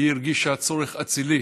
היא הרגישה צורך אצילי